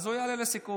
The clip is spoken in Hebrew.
אז הוא יעלה לסיכום.